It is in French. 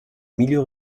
milieu